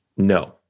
No